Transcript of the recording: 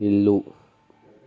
ఇల్లు